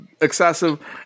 excessive